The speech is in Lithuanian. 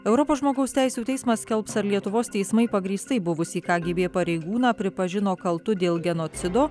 europos žmogaus teisių teismas skelbs ar lietuvos teismai pagrįstai buvusį ką gė bė pareigūną pripažino kaltu dėl genocido